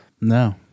No